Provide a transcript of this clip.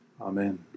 Amen